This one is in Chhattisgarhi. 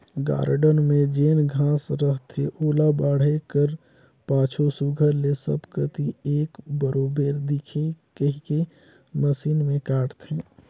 गारडन में जेन घांस रहथे ओला बाढ़े कर पाछू सुग्घर ले सब कती एक बरोबेर दिखे कहिके मसीन में काटथें